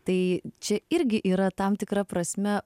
tai čia irgi yra tam tikra prasme